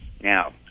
Now